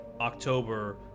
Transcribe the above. October